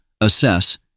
assess